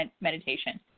meditation